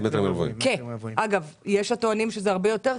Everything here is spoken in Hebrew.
יש הטוענים שזה הרבה יותר,